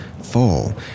fall